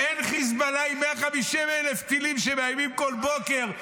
אין חיזבאללה עם 150,000 טילים שמאיימים כל בוקר,